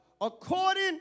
according